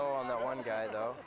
on the one guy though